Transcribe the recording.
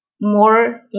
more